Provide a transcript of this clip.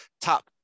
top